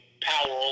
power